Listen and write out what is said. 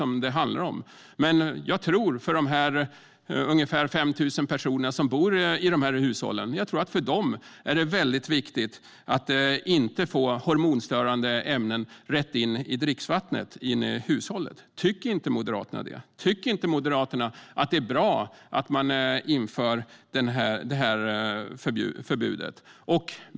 Men jag tror att för de ungefär 5 000 personer som finns i dessa hushåll är det mycket viktigt att inte få hormonstörande ämnen rätt in i hushållets dricksvatten. Tycker inte Moderaterna det? Tycker inte Moderaterna att det är bra att man inför detta förbud?